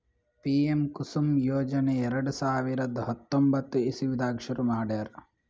PM Kusum ಯೋಜನೆ ಎರಡ ಸಾವಿರದ್ ಹತ್ತೊಂಬತ್ತ್ ಇಸವಿದಾಗ್ ಶುರು ಮಾಡ್ಯಾರ್